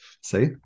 See